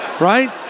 Right